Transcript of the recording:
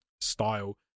style